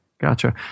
Gotcha